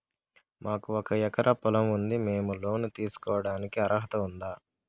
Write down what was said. మాకు ఒక ఎకరా పొలం ఉంది మేము లోను తీసుకోడానికి అర్హత ఉందా